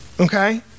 Okay